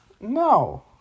No